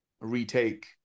retake